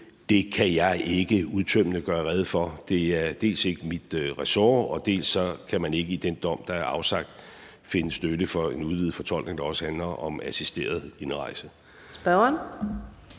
kan jeg ikke udtømmende gøre rede for. Dels er det ikke mit ressort, dels kan man ikke i den dom, der er afsagt, finde støtte til en udvidet fortolkning, der også handler om assisteret indrejse.